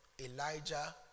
Elijah